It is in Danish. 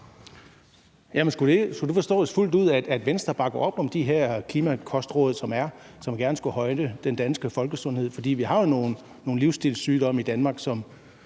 Skulle det forstås sådan, at Venstre fuldt ud bakker op om de her klimakostråd, som der er, og som gerne skulle højne den danske folkesundhed? For vi har jo nogle livsstilssygdomme i Danmark, som